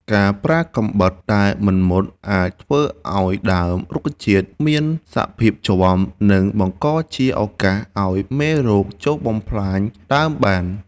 ការប្រើកាំបិតដែលមិនមុតអាចធ្វើឱ្យដើមរុក្ខជាតិមានសភាពជាំ និងបង្កជាឱកាសឱ្យមេរោគចូលបំផ្លាញដើមបាន។